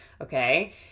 okay